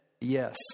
yes